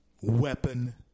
weapon